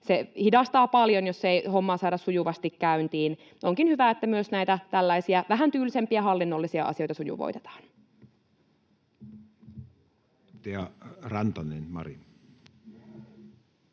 se hidastaa paljon, jos ei hommaa saada sujuvasti käyntiin. Onkin hyvä, että myös näitä tällaisia vähän tylsempiä hallinnollisia asioita sujuvoitetaan. [Speech 104]